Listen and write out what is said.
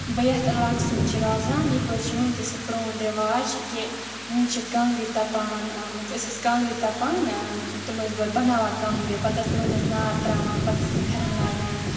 بہٕ یَتھ علاقَس منٛز چھِ روزان یَپٲرۍ چھِ وٕنۍ تہِ سُہ پرٛون رٮ۪واج کہِ وٕنۍ چھِ کانٛگرِ تَپان مانٛ ژٕ أسۍ ٲسۍ کانٛگرِ تَپان تہٕ تِم ٲسۍ گۄڈٕ بَناوان کانٛگرِ پَتہٕ ٲس تِمَن منٛز نار ترٛاوان پَتہٕ ٲسِس پھٮ۪رَن لاگان